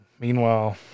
Meanwhile